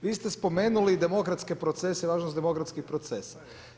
Vi ste spomenuli demokratske procese i važnost demokratskih procesa.